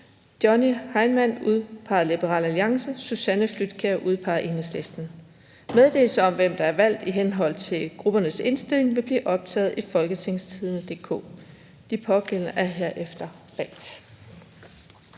Johnny Heinmann (udpeget af LA) 8. Susanne Flydtkjær (udpeget af EL) Meddelelse om, hvem der er valgt i henhold til gruppernes indstilling, vil blive optaget i www.folketingstidende.dk (jf ovenfor). De pågældende er herefter valgt.